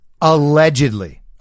allegedly